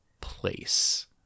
place